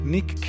Nick